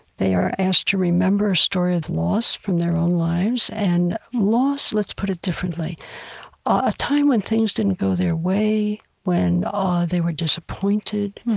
they are asked to remember a story of loss from their own lives, and loss let's put it differently a time when things didn't go their way, when ah they were disappointed,